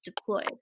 deployed